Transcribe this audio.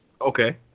Okay